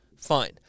Fine